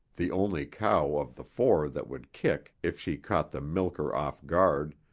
the only cow of the four that would kick if she caught the milker off guard,